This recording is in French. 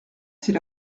c’est